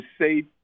safe